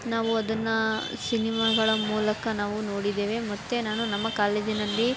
ನಾವು ಅದನ್ನು ಸಿನಿಮಾಗಳ ಮೂಲಕ ನಾವು ನೋಡಿದ್ದೇವೆ ಮತ್ತು ನಾನು ನಮ್ಮ ಕಾಲೇಜಿನಲ್ಲಿ